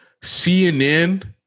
CNN